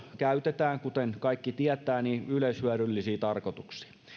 käytetään kuten kaikki tietävät yleishyödyllisiin tarkoituksiin